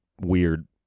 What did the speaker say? weird